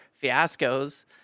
fiascos